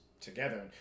together